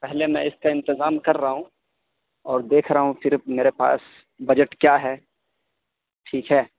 پہلے میں اس کا انتظام کر رہا ہوں اور دیکھ رہا ہوں صرف میرے پاس بجٹ کیا ہے ٹھیک ہے